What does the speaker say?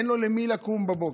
אין לו למי לקום בבוקר.